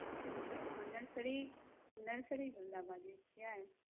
हूँ अहाँ nursery nursery बला बाजैत छियै